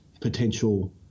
potential